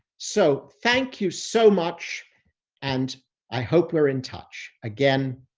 so, thank you so much and i hope we're in touch. again,